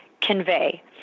convey